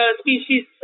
species